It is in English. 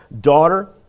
Daughter